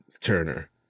Turner